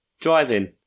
driving